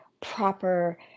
proper